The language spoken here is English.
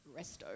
Resto